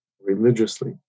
religiously